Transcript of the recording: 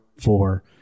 four